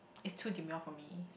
it's too demure for me